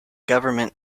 government